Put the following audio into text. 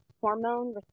hormone